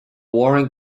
warren